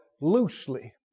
loosely